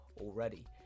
already